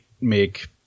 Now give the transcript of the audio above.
make –